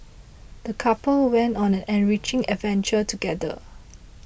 the couple went on an enriching adventure together